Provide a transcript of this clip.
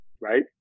right